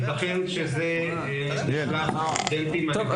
יתכן שזה שייך לסטודנטים --- ברשותך,